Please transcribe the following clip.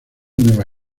nueva